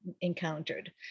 encountered